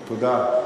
תודה.